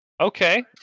Okay